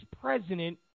president